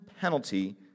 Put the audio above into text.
penalty